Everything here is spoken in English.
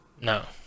No